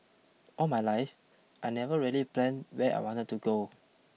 all my life I never really plan where I wanted to go